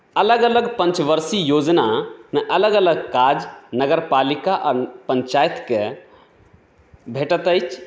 अलग अलग पञ्चवर्षीय योजनामे अलग अलग काज नगर पालिका आ पञ्चायतकेँ भेटैत अछि